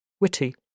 witty